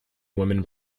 women